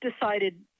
decided